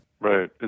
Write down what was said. Right